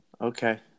Okay